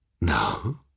No